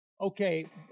Okay